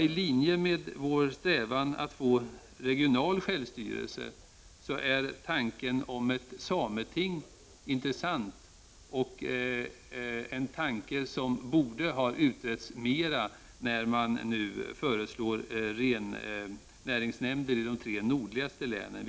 I linje med vår strävan att få regional självstyrelse är tanken om ett sameting intressant och en tanke som borde ha utretts mera, när man nu föreslår rennäringsnämnder i de tre nordligaste länen.